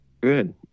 good